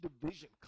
division